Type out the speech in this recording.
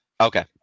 Okay